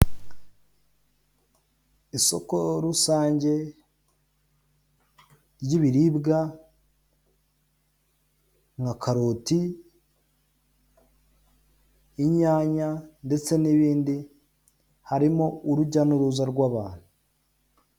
Isoko rusange ry'ibiribwa nka karoti, inyanya ndetse n'ibindi harimo urujya n'uruza rw'abantu.